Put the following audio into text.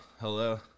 Hello